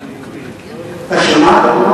אתה שמעת?